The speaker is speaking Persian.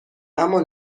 اما